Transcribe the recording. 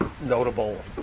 notable